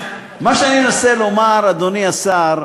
מה שאני מנסה לומר, אדוני השר,